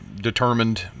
determined